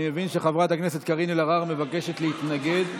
אני מבין שחברת הכנסת קארין אלהרר מבקשת להתנגד.